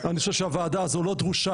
אני חושב שהוועדה הזאת לא דרושה.